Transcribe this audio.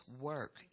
work